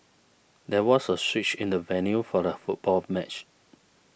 there was a switch in the venue for the football match